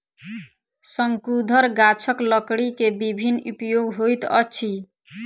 शंकुधर गाछक लकड़ी के विभिन्न उपयोग होइत अछि